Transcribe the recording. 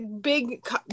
big